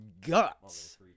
guts